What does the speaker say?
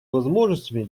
возможностями